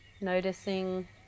Noticing